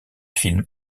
film